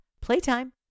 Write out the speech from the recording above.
Playtime